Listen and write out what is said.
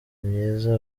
myiza